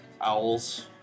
Owls